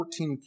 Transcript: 14